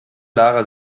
lara